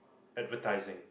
advertising